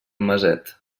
maset